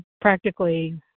practically